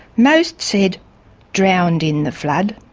most said drowned in the flood.